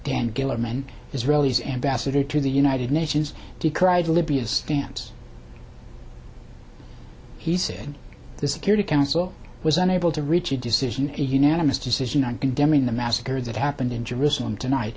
dan gillerman israelis ambassador to the united nations decried libya stance he said the security council was unable to reach a decision a unanimous decision on condemning the massacre that happened in jerusalem tonight